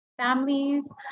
families